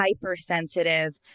hypersensitive